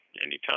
Anytime